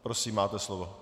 Prosím, máte slovo.